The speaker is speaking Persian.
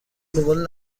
دنبال